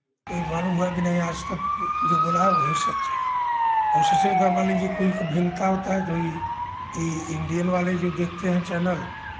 तो ये मालूम हुआ कि नहीं आजतक जो बोला है वही सच है उससे अगर मान लीजिए अगर कोई को भिन्नता होता है तो ई इंडियन वाले जो देखते हैं चैनल